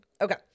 Okay